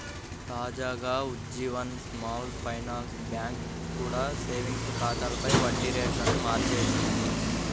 తాజాగా Ujjivan small finance bank కూడా savings ఖాతాలపై వడ్డీ రేట్లను మార్చేసింది